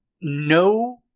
no